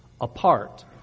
apart